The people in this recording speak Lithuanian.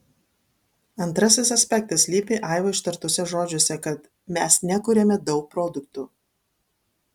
antrasis aspektas slypi aivo ištartuose žodžiuose kad mes nekuriame daug produktų